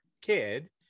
kid